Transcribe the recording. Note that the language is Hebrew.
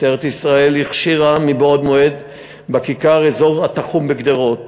משטרת ישראל הכשירה בעוד מועד בכיכר אזור תחום בגדרות